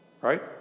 right